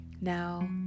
Now